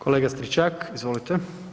Kolega Stričak, izvolite.